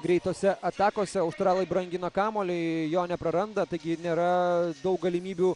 greitose atakose australai brangina kamuolį jo nepraranda taigi nėra daug galimybių